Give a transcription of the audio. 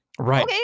Right